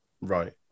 Right